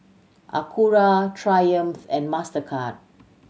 Acura Triumph and Mastercard